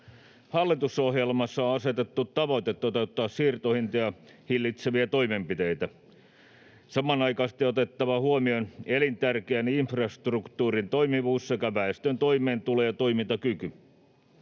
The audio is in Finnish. Hallitusohjelmassa on asetettu tavoite toteuttaa siirtohintoja hillitseviä toimenpiteitä. Samanaikaisesti on otettava huomioon elintärkeän infrastruktuurin toimivuus sekä väestön toimeentulo ja toimintakyky,